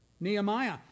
Nehemiah